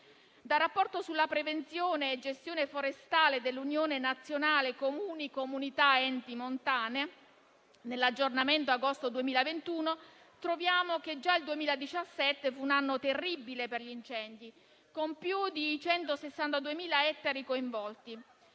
Nel rapporto sulla prevenzione e gestione forestale dell'Unione nazionale Comuni, Comunità ed Enti montani, nell'aggiornamento ad agosto 2021, troviamo che già il 2017 fu un anno terribile per gli incendi, con più di 162.000 ettari coinvolti.